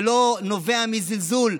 זה לא נובע מזלזול.